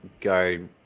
go